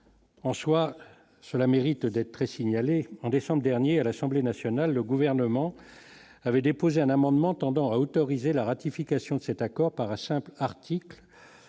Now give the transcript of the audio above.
En soi, cela mérite d'être très signalé en décembre dernier à l'Assemblée nationale, le gouvernement avait déposé un amendement tendant à autoriser la ratification de cet accord par un simple article